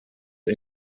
are